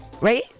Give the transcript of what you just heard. right